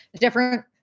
different